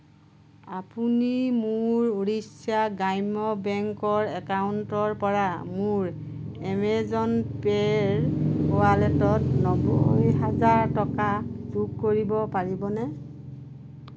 আপুনি মোৰ উৰিষ্য়া গ্ৰাম্য বেংকৰ একাউণ্টৰ পৰা মোৰ এমেজন পে'ৰ ৱালেটত নব্বৈ হাজাৰ টকা যোগ কৰিব পাৰিব নেকি